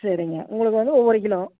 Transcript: சரிங்க உங்களுக்கு வந்து ஒவ்வொரு கிலோ